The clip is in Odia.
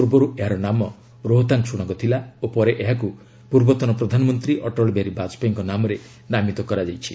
ପୂର୍ବରୁ ଏହାର ନାମ ରୋହତାଙ୍ଗ୍ ସୁଡ଼ଙ୍ଗ ଥିଲା ଓ ପରେ ଏହାକୁ ପୂର୍ବତନ ପ୍ରଧାନମନ୍ତ୍ରୀ ଅଟଳ ବିହାରୀ ବାଜପେୟୀଙ୍କ ନାମରେ ନାମିତ କରାଯାଇଛି